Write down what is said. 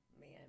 man